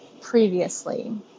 previously